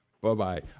Bye-bye